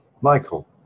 Michael